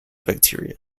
bacteria